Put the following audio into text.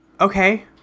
Okay